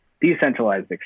decentralized